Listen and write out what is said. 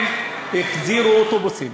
הם החזירו אוטובוסים.